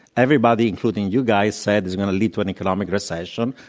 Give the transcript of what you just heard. everybody, including you guys, said it's going to lead to an economic recession.